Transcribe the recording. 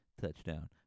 touchdown